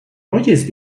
oyes